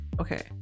Okay